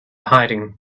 hiding